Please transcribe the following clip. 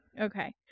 Okay